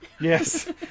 Yes